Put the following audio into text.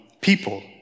people